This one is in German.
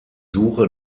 suche